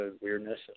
weirdness